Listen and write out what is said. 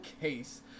case